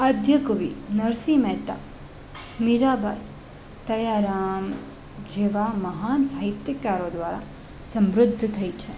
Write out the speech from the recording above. આધ્ય કવિ નરસિંહ મહેતા મીરાંબાઈ દયારામ જેવાં મહાન સાહિત્યકારો દ્વારા સમૃદ્ધ થઈ છે